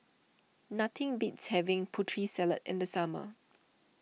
nothing beats having Putri Salad in the summer